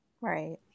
Right